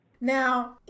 Now